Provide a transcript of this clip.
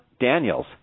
Daniels